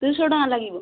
ତିନିଶହ ଟଙ୍କା ଲାଗିବ